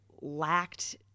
lacked